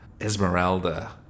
Esmeralda